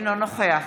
אינו נוכח